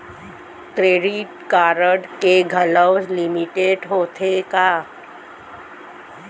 Credit card के घलव limit होथे का?